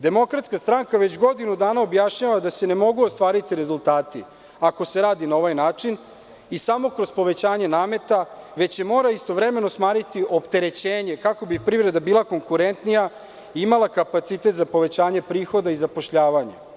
Demokratska stranka već godinu dana objašnjava da se ne mogu ostvariti rezultati, ako se radi na ovaj način i samo kroz povećanje nameta, već se mora istovremeno smanjiti opterećenje, kako bi privreda bila konkurentnija i imala kapacitet za povećanje prihoda i zapošljavanje.